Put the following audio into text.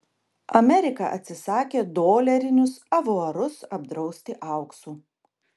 amerika atsisakė dolerinius avuarus apdrausti auksu